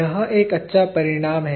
यह एक अच्छा परिणाम है